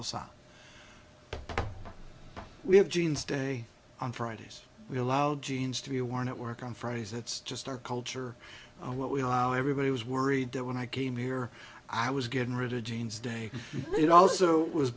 sa we have jeans day on fridays we allowed jeans to be worn at work on fridays it's just our culture what we allow everybody was worried that when i came here i was getting rid of jeans day it also was